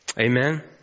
Amen